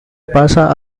pasa